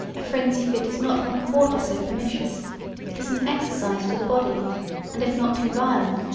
a frenzy fit is not one quarter so pernicious it is an exercise to the body and if not too violent,